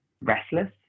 restless